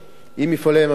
עם "מפעלי ים-המלח"